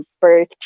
birth